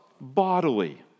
bodily